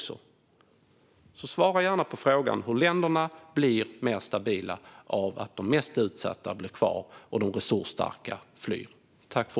Svara gärna på frågan hur länderna blir mer stabila av att de mest utsatta blir kvar och de resursstarka flyr.